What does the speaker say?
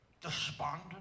despondent